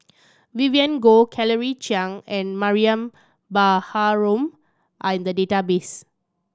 Vivien Goh Claire Chiang and Mariam Baharom are in the database